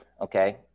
okay